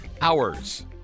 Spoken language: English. hours